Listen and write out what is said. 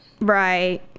Right